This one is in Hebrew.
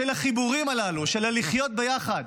של החיבורים הללו, של לחיות ביחד,